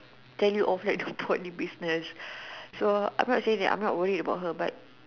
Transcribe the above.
tell you off like don't talk any business so I'm not saying that I'm not worried about her but